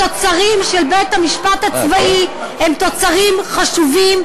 התוצרים של בית-המשפט הצבאי הם תוצרים חשובים,